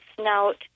snout